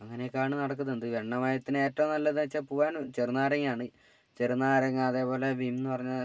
അങ്ങനെയൊക്കെയാണ് നടക്കുന്നുന്നത് എണ്ണമയത്തിന് ഏറ്റവും നല്ലതെന്ന് വച്ചാൽ പോകുവാനും ചെറുനാരങ്ങയാണ് ചെറുനാരങ്ങ അതേപോലെ വിം എന്നു പറഞ്ഞ